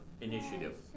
initiative